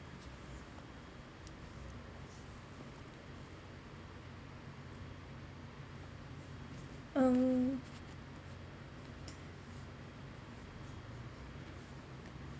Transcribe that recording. um